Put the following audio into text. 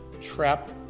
trap